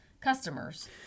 customers